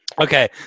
Okay